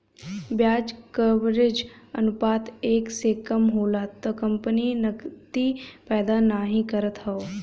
ब्याज कवरेज अनुपात एक से कम होला त कंपनी नकदी पैदा नाहीं करत हौ